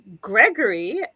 Gregory